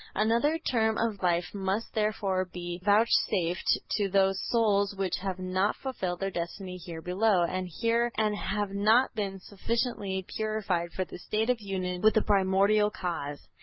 another term of life must therefore be vouchsafed to those souls which have not fulfilled their destiny here below, and and have not been sufficiently purified for the state of union with the primordial cause.